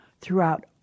throughout